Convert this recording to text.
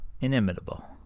Inimitable